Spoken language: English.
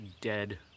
dead